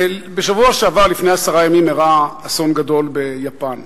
בשבוע שעבר, לפני עשרה ימים, אירע אסון גדול ביפן.